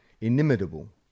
inimitable